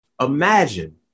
Imagine